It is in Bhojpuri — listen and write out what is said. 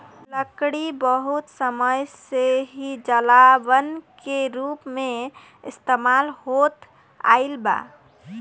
लकड़ी बहुत समय से ही जलावन के रूप में इस्तेमाल होत आईल बा